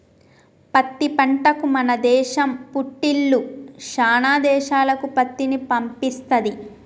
పత్తి పంటకు మన దేశం పుట్టిల్లు శానా దేశాలకు పత్తిని పంపిస్తది